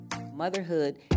Motherhood